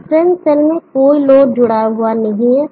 reference cell में कोई load जुड़ा हुआ नहीं है